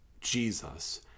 Jesus